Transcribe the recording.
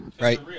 right